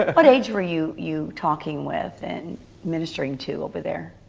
what age were you you talking with, and ministering to over there?